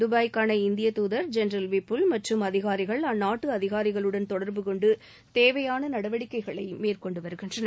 துபாய்க்கான இந்திய தூதர் ஜென்ரல் விப்புல் மற்றும் அதிகாரிகள் அந்நாட்டு அதிகாரிகளுடன் தொடர்புகொண்டு தேவையான நடவடிக்கைகளை மேற்கொண்டு வருகின்றனர்